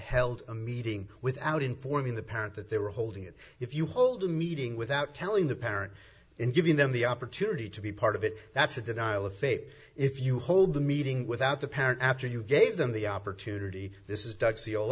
held a meeting without informing the parent that they were holding it if you hold a meeting without telling the parent in giving them the opportunity to be part of it that's a denial of faith if you hold the meeting without the parent after you gave them the opportunity this is do